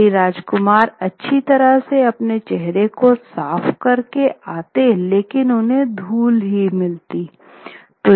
कई राजकुमार अच्छी तरह से अपने चेहरे को साफ़ करके आते लेकिन उन्हें धुल ही मिलती